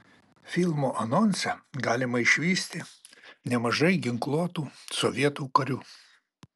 filmo anonse galima išvysti nemažai ginkluotų sovietų karių